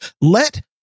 Let